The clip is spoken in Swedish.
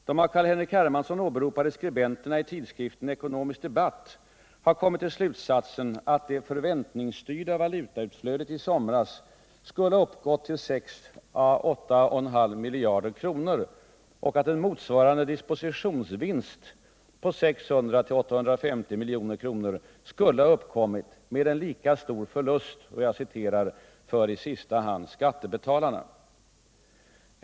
De av Carl-Henrik Hermansson åberopade skribenterna i tidskriften Ekonomisk Debatt har kommit till slutsatsen att det förväntningsstyrda valutautflödet i somras skulle ha uppgått till 6 å 8,5 miljarder kronor, och en motsvarande dispositionsvinst på 600-850 milj.kr. skulle ha uppkommit med en lika stor förlust ”för i sista hand skattebetalarna”.